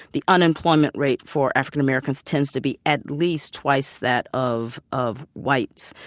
the unemployment rate for african-americans tends to be at least twice that of of whites.